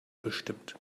bestimmt